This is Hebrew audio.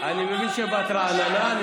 קטי, אני מבין שבאת רעננה.